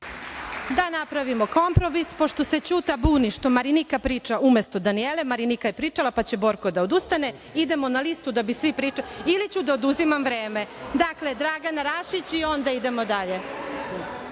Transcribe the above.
Da napravimo kompromis, pošto se Ćuta buni što Marinika priča umesto Danijele, Marinika je pričala, pa će Borko da odustane idemo na listu da bi svi pričali ili ću da oduzimam vreme. Dakle, Dragana Rašić i onda idemo